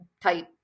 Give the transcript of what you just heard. type